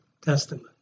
Testament